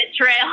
trail